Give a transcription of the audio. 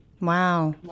Wow